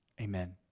Amen